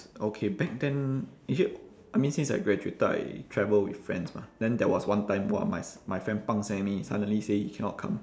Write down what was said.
okay back then actually I mean since I graduated I travel with friends mah then there was one time !wah! my s~ my friend pang seh me suddenly say he cannot come